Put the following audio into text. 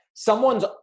Someone's